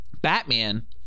Batman